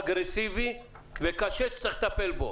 אגרסיבי, וצריך לטפל בו.